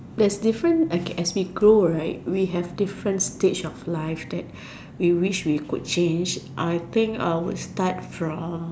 there's different okay as we grow right we have different stage of life that we wish we could change I think I would start from